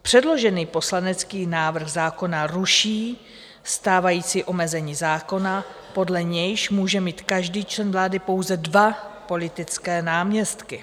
Předložený poslanecký návrh zákona ruší stávající omezení zákona, podle nějž může mít každý člen vlády pouze dva politické náměstky.